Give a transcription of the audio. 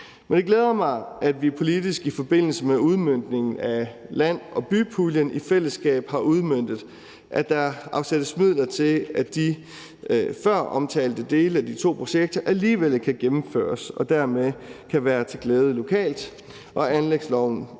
Men det glæder mig, at vi politisk i forbindelse med udmøntningen af land og by-puljen i fællesskab har udmøntet, at der afsættes midler til, at de føromtalte dele af de to projekter alligevel kan gennemføres og dermed kan være til glæde lokalt, og anlægsloven kommer